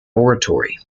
oratory